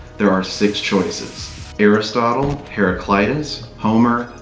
there are six choices aristotle, heraclitus, homer,